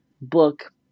book